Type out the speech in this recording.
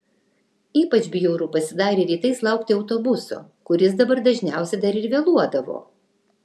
ypač bjauru pasidarė rytais laukti autobuso kuris dabar dažniausiai dar ir vėluodavo